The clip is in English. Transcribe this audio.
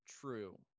true